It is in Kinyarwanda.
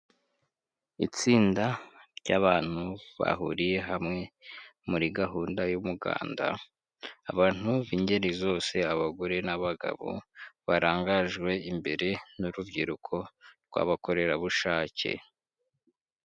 Itsinda ry'abantu bahuriye hamwe muri gahunda y'umuganda, abantu b'ingeri zose abagore n'abagabo, barangajwe imbere n'urubyiruko rw'abakorerabushake.